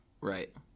Right